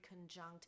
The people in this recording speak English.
conjunct